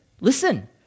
Listen